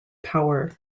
power